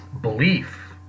belief